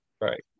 right